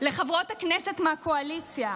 לחברות הכנסת מהקואליציה: